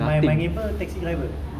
my my neighbour taxi driver